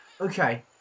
Okay